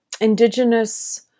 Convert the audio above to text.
indigenous